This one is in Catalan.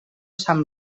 sant